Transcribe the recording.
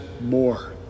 more